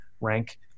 rank